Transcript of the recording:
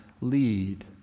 lead